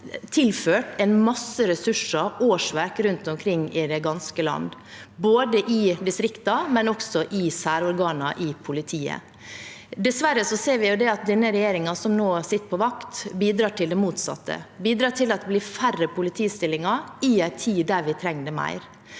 fikk tilført en masse ressurser og årsverk rundt omkring i det ganske land, både i distriktene og i særorganene i politiet. Dessverre ser vi at den regjeringen som nå sitter på vakt, bidrar til det motsatte, bidrar til at det blir færre politistillinger i en tid da vi trenger det mer.